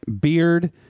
beard